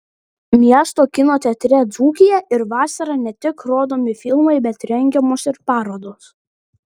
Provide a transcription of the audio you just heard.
miesto kino teatre dzūkija ir vasarą ne tik rodomi filmai bet rengiamos ir parodos